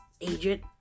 agent